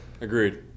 Agreed